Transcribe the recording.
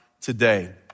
today